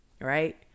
right